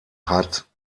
hat